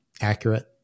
accurate